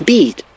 Beat